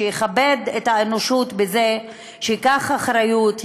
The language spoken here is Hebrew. שיכבד את האנושות בזה שייקח אחריות,